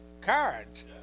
Cards